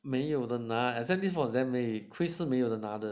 没有得拿 exam leave 是 for exam day quiz 是没有得拿的:shi mei you de de